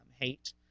hate